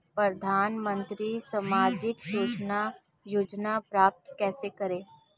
प्रधानमंत्री सामाजिक सुरक्षा योजना प्राप्त कैसे करें?